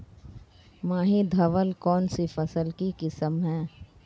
माही धवल कौनसी फसल की किस्म है?